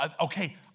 okay